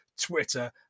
Twitter